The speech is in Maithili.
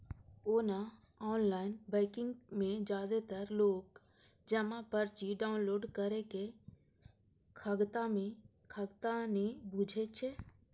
ओना ऑनलाइन बैंकिंग मे जादेतर लोक जमा पर्ची डॉउनलोड करै के खगता नै बुझै छै